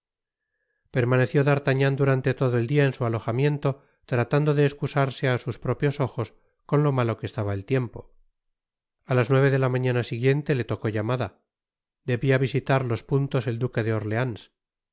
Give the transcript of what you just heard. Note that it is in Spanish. permaneció d'artagnan durante todo el dia en su alojamiento tratando de escurarse á sus propios ojos con lo malo que estaba el tiempo a las nueve de la mañana siguiente se tocó llamada debia visitar los puntos el duque de orleans